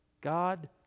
God